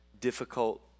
difficult